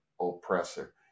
oppressor